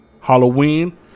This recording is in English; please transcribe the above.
Halloween